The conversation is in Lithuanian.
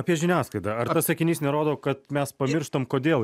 apie žiniasklaidą ar tas sakinys nerodo kad mes pamirštam kodėl